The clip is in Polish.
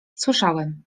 słyszałem